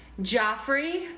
Joffrey